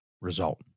result